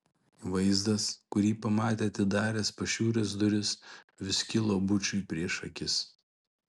vaizdas kurį pamatė atidaręs pašiūrės duris vis kilo bučui prieš akis